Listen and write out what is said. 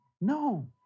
No